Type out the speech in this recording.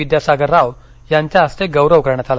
विद्यासागर राव यांच्या हस्ते गौरव करण्यात आला